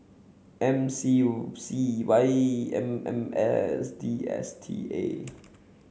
M C C Y M M S D S T A